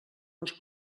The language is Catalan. els